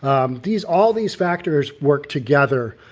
um these all these factors work together,